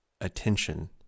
attention